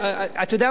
אתה יודע מה?